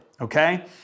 okay